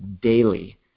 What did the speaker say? daily